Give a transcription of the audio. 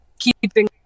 keeping